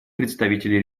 представителей